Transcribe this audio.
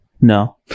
no